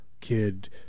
kid